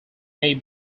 may